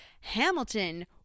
Hamilton